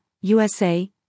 USA